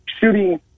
Shooting